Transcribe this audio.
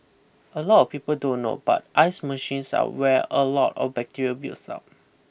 a lot people don't know but ice machines are where a lot of bacteria builds up